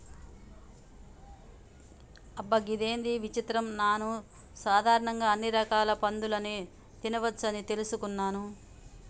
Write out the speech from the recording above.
అబ్బ గిదేంది విచిత్రం నాను సాధారణంగా అన్ని రకాల పందులని తినవచ్చని తెలుసుకున్నాను